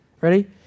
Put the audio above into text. ready